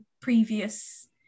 previous